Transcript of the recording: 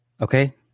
Okay